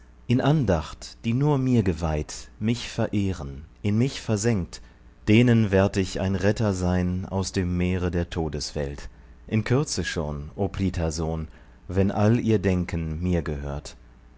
in andacht die nur mir geweiht mich verehren in mich versenkt denen werd ich ein retter sein aus dem meere der todeswelt in kürze schon o prith sohn wenn all ihr denken mir gehört